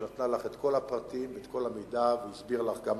והיא נתנה לך את כל הפרטים ואת כל המידע והסבירה לך גם